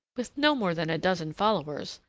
with no more than a dozen followers,